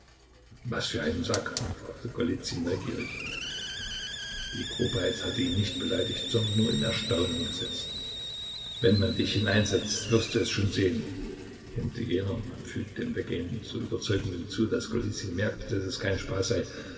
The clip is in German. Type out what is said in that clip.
was für einen sack fragte golizyn neugierig die grobheit hatte ihn nicht beleidigt sondern nur in erstaunen gesetzt wenn man dich hineinsetzt wirst du es schon sehen brummte jener und fügte im weggehen so überzeugend hinzu daß golizyn merkte daß es kein spaß sei